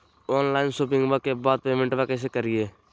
Online शोपिंग्बा के बाद पेमेंटबा कैसे करीय?